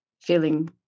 feeling